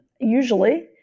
usually